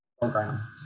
program